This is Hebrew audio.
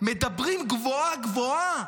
ומדברים גבוהה-גבוהה,